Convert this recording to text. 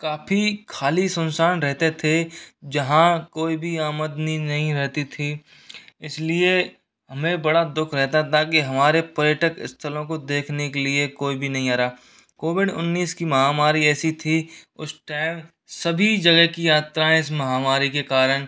काफ़ी खाली सुनसान रहते थे जहाँ कोई भी आम आदमी नहीं रहती थी इसलिए हमें बड़ा दुख रहता था कि हमारे पर्यटक स्थलों को देखने के लिए कोई भी नहीं आ रहा कोविड उन्नीस की महामारी ऐसी थी उस टाइम सभी जगह की यात्राएँ इस महामारी के कारण